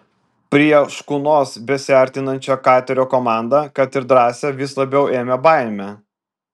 prie škunos besiartinančią katerio komandą kad ir drąsią vis labiau ėmė baimė